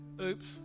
Oops